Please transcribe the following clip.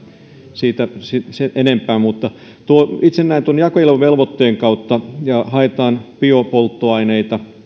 siitä sen enempää itse näen tämän jakeluvelvoitteen kautta ja se että haetaan biopolttoaineita